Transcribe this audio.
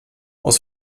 aus